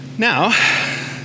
Now